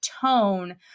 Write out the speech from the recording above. tone